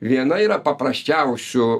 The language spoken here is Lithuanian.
viena yra paprasčiausių